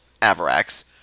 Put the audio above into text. Avarax